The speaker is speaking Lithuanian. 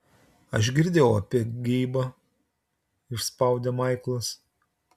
aš girdėjau apie geibą išspaudė maiklas